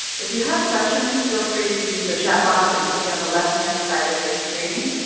if you have questions, feel free to use the chat box that you see on the left-hand side of your screen.